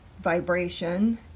vibration